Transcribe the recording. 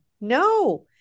No